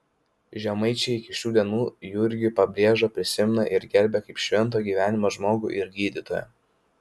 žemaičiai iki šių dienų jurgį pabrėžą prisimena ir gerbia kaip švento gyvenimo žmogų ir gydytoją